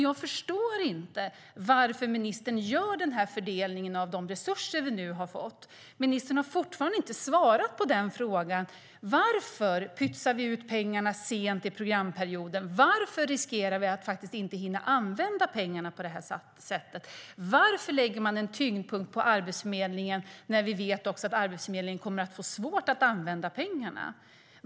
Jag förstår inte varför ministern gör den här fördelningen av de resurser vi nu har fått. Ministern har fortfarande inte svarat på frågan varför vi pytsar ut pengarna sent i programperioden och på det sättet riskerar att inte hinna använda dem. Varför lägger man en tyngdpunkt på Arbetsförmedlingen när vi vet att Arbetsförmedlingen kommer att få svårt att använda pengarna?